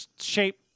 shape